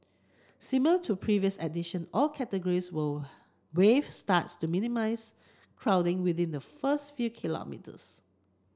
similar to previous edition all categories will wave starts to minimise crowding within the first few kilometres